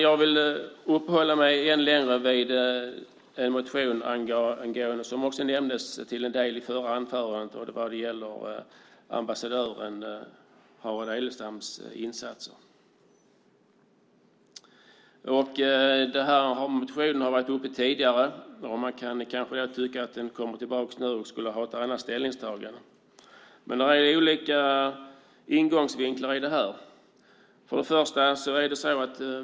Jag vill uppehålla mig något vid en motion som också nämndes i det förra anförandet. Det gäller ambassadören Harald Edelstams insatser. Motionen har varit uppe tidigare. Man kanske kan tycka att den skulle ha ett annat ställningstagande när den nu kommer tillbaka. Det är olika ingångsvinklar i detta.